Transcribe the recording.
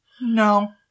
No